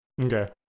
Okay